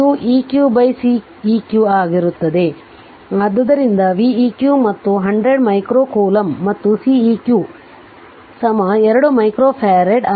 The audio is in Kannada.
ಆದ್ದರಿಂದ v eq ಮತ್ತು ಅದು 100 ಮೈಕ್ರೋ ಕೂಲಂಬ್ ಮತ್ತು Ceq 2 ಮೈಕ್ರೋಫರಡ್